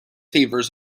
favours